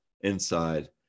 inside